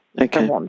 Okay